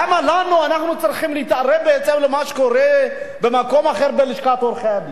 למה אנחנו צריכים להתערב במה שקורה במקום אחר בלשכת עורכי-הדין,